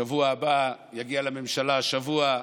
בשבוע הבא, יגיע לממשלה השבוע,